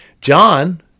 John